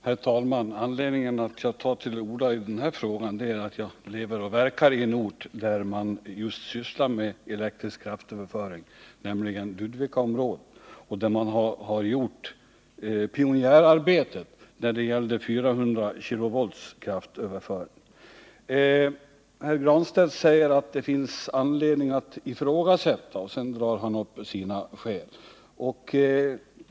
Herr talman! Anledningen till att jag tar till orda i denna fråga är att jag lever och verkar i en trakt där man just sysslar med elektrisk kraftöverföring, nämligen i Ludvikaområdet, och där man gjorde pionjärarbetet när det gällde kraftöverföring med 400 kV. Herr Granstedt säger att det finns anledning att ifrågasätta, och sedan drar han upp sina skäl.